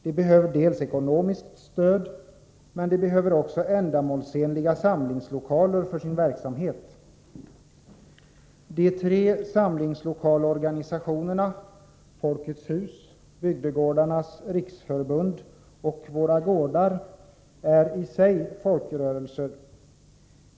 De behöver ekonomiskt stöd, men de behöver också ändamålsenliga samlingslokaler för sin verksamhet. De tre samlingslokalorganisationerna, Folkets hus, Bygdegårdarnas riksförbund och Våra gårdar, är i sig folkrörelser.